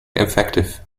effective